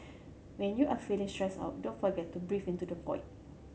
when you are feeling stressed out don't forget to breathe into the void